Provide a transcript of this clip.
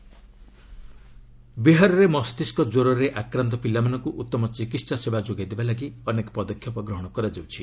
Bihar encephalitis ବିହାରରେ ମସ୍ତିଷ୍କ ଜ୍ୱରରେ ଆକ୍ରାନ୍ତ ପିଲାମାନଙ୍କୁ ଉତ୍ତମ ଚିକିତ୍ସା ସେବା ଯୋଗାଇ ଦେବା ଲାଗି ଅନେକ ପଦକ୍ଷେପ ଗ୍ରହଣ କରାଯାଉଛି